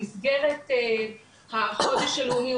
במסגרת החודש הלאומי,